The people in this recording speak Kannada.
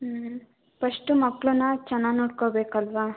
ಹ್ಞೂ ಫಷ್ಟ್ ಮಕ್ಕಳನ್ನು ಚೆನ್ನಾಗಿ ನೋಡ್ಕೊಬೇಕಲ್ವಾ